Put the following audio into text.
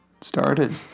started